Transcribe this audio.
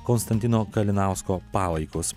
konstantino kalinausko palaikus